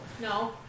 No